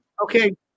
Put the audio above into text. Okay